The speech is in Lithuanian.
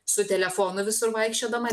su telefonu visur vaikščiodama